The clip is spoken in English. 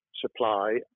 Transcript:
supply